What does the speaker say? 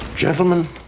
Gentlemen